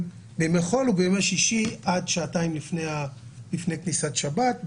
ובימי שישי עד שעתיים לפני כניסת השבת,